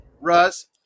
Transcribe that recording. Russ